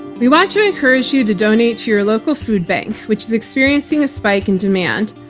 we want to encourage you to donate to your local food bank, which is experiencing a spike in demand.